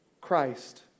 Christ